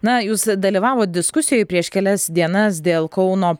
na jūs dalyvavot diskusijoj prieš kelias dienas dėl kauno